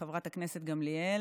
חברת הכנסת גמליאל,